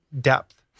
depth